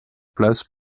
place